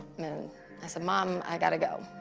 i said, mom, i got to go.